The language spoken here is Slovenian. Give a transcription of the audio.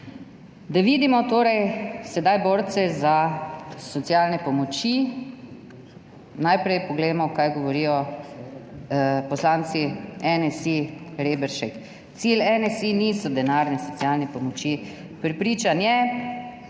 Da vidimo torej sedaj borce za socialne pomoči. Najprej poglejmo, kaj govorijo poslanci NSi. Reberšek: cilj NSi niso denarne socialne pomoči, prepričan je,